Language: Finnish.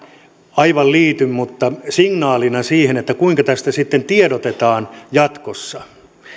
aivan liity mutta signaalina siihen kuinka tästä sitten tiedotetaan jatkossa